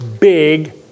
big